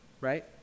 Right